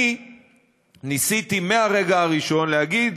אני ניסיתי מהרגע הראשון להגיד: